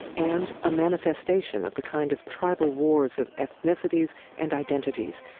and a manifestation of the kind of tribal wars of ethnicities and identities,